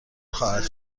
خواهد